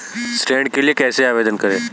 ऋण के लिए कैसे आवेदन करें?